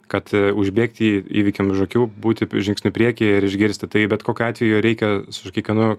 kad užbėgti įvykiam už akių būti žingsniu priekyje ir išgirsti tai bet kokiu atveju reikia su kiekvienu